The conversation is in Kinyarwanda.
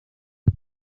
ico